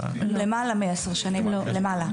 למעלה מ-10 שנים, למעלה.